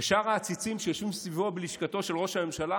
ושאר העציצים שיושבים סביבו בלשכתו של ראש הממשלה